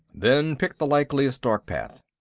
then pick the likeliest dark path!